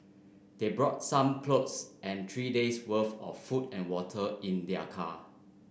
they brought some clothes and three days worth of food and water in their car